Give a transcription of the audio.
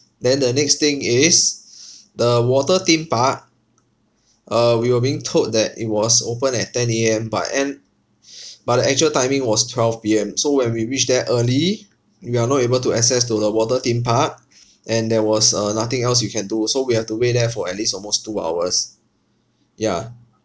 then the next thing is the water theme park uh we were being told that it was opened at ten A_M but end but the actual timing was twelve P_M so when we reached there early we are not able to access to the water theme park and there was uh nothing else we can do so we have to wait there for at least almost two hours ya